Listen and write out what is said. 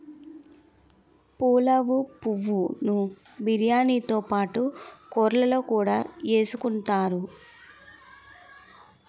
పులావు పువ్వు ను బిర్యానీతో పాటు కూరల్లో కూడా ఎసుకుంతారు